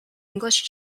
english